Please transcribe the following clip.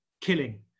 killing